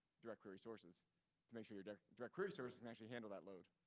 directly resources to make sure your directory services and actually handle that load.